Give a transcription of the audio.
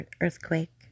earthquake